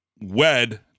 wed